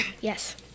Yes